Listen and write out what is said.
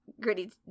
gritty